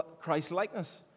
Christ-likeness